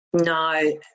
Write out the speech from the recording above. No